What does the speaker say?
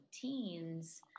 teens